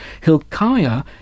Hilkiah